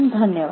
धन्यवाद